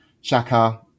Shaka